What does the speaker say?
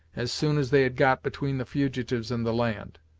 as soon as they had got between the fugitives and the land.